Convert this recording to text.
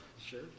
Sure